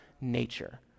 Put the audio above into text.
nature